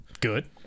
Good